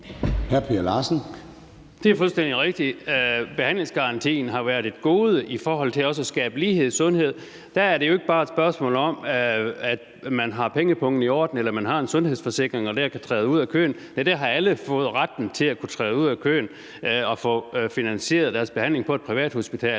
Det er fuldstændig rigtigt, at behandlingsgarantien har været et gode i forhold til at skabe lighed i sundhed. Der er det jo ikke bare et spørgsmål om, at man har pengepungen i orden, eller at man har en sundhedsforsikring og på den måde kan træde ud af køen, nej, der har alle fået ret til at kunne træde ud af køen og få finansieret deres behandling på et privathospital.